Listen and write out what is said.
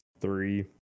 three